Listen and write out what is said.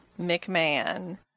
McMahon